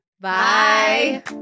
Bye